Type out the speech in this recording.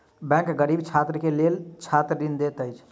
bank गरीब छात्र के लेल छात्र ऋण दैत अछि